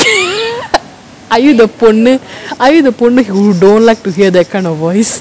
are you the பொண்ணு:ponnu are you the பொண்ணு:ponnu who don't like to hear that kind of voice